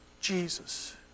Jesus